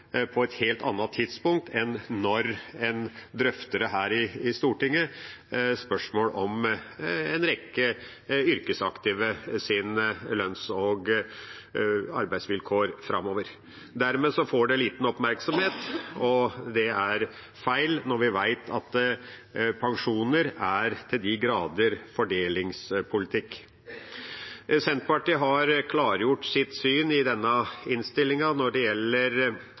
på et helt annet tidspunkt enn når en drøfter dette i Stortinget – spørsmål om en rekke yrkesaktives lønns- og arbeidsvilkår framover. Dermed får det liten oppmerksomhet, og det er feil når vi vet at pensjoner til de grader er fordelingspolitikk. Senterpartiet har klargjort sitt syn i denne innstillinga når det gjelder